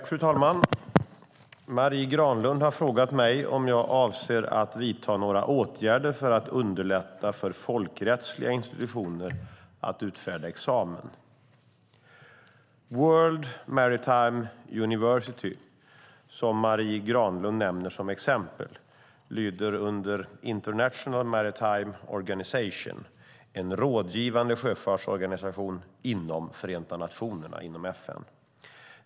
Fru talman! Marie Granlund har frågat mig om jag avser att vidta några åtgärder för att underlätta för folkrättsliga institutioner att utfärda examen. World Maritime University, WMU, som Marie Granlund nämner som exempel, lyder under International Maritime Organisation, IMO, en rådgivande sjöfartsorganisation inom FN.